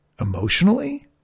emotionally